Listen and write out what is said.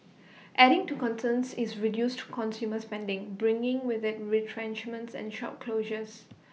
adding to concerns is reduced consumer spending bringing with IT retrenchments and shop closures